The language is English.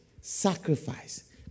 sacrifice